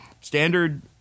Standard